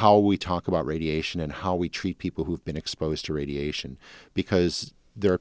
how we talk about radiation and how we treat people who have been exposed to radiation because there are